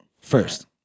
First